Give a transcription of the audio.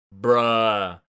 Bruh